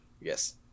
Yes